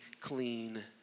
clean